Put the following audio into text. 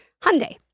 Hyundai